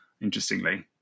interestingly